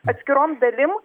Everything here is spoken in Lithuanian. atskirom dalim